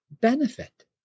benefit